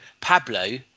Pablo